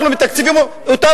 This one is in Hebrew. אנחנו מתקצבים אותם,